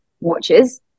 watches